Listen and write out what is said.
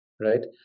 right